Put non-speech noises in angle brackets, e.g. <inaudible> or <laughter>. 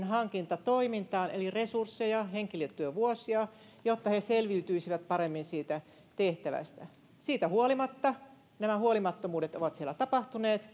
<unintelligible> hankintatoimintaan tukea eli resursseja henkilötyövuosia jotta he selviytyisivät paremmin siitä tehtävästä siitä huolimatta nämä huolimattomuudet ovat siellä tapahtuneet <unintelligible>